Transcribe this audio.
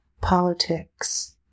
politics